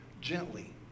gently